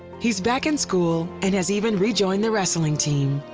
he is back in school and has even rejoined the wrestling team.